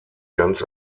ganz